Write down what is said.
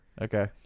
Okay